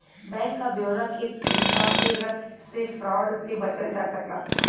bank क ब्यौरा के छिपा के रख से फ्रॉड से बचल जा सकला